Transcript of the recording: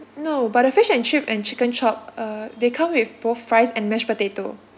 no but the fish and chip and chicken chop uh they come with both fries and mash potato